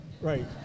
right